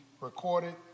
recorded